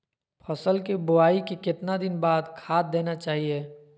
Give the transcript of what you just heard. फसल के बोआई के कितना दिन बाद खाद देना चाइए?